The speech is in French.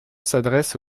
s’adresse